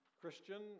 Christian